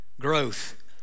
growth